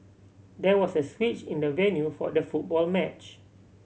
there was a switch in the venue for the football match